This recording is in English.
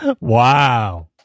Wow